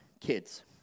kids